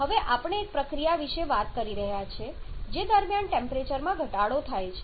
હવે આપણે એક પ્રક્રિયા વિશે વાત કરી રહ્યા છીએ જે દરમિયાન ટેમ્પરેચરમાં ઘટાડો થાય છે